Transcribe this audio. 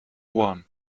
ohren